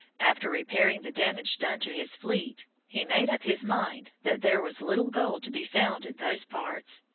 after repairing the damage done to his fleet, he made up his mind that there was little gold to be found in those parts,